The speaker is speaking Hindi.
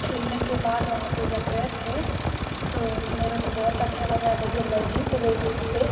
खेलने के बाद वहाँ पर जब गए थे तो मेरे को बहुत अच्छा लग रहा था जब मैं जीत गई वहाँ पर